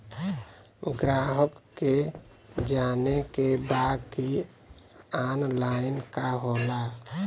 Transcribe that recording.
ग्राहक के जाने के बा की ऑनलाइन का होला?